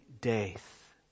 death